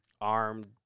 armed